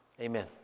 Amen